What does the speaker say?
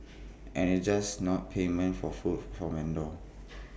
and IT just not payment for food from vendors